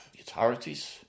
authorities